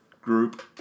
group